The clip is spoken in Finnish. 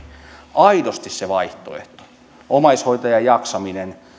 aidosti se vaihtoehto omaishoitajan jaksaminen